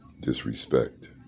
disrespect